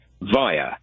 via